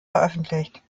veröffentlicht